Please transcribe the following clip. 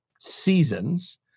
Seasons